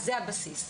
זה הבסיס.